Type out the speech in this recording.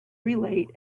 relate